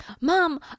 Mom